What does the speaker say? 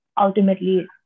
ultimately